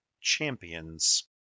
champions